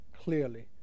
clearly